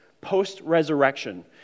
post-resurrection